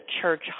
church